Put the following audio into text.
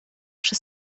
przy